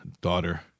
daughter